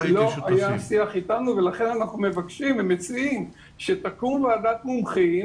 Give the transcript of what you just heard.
לא היה שיח אתנו ולכן אנחנו מבקשים ומציעים שתקום ועדת מומחים